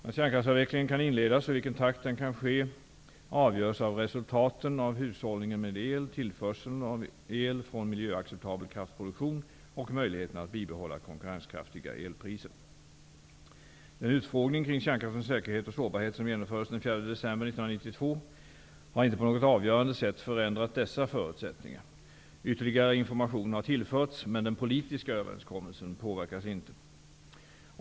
När kärnkraftsavvecklingen kan inledas och i vilken takt den kan ske avgörs av resultaten av hushållningen med el, tillförseln av el från miljöacceptabel kraftproduktion och möjligheterna att bibehålla konkurrenskraftiga elpriser. har inte på något avgörande sätt förändrat dessa förutsättningar. Ytterligare information har tillförts, men den politiska överenskommelsen påverkas inte.